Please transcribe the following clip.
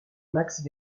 max